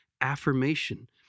affirmation